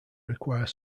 require